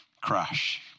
Crash